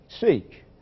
Seek